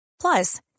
Plus